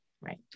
Right